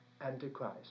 Antichrist